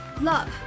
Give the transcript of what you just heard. Love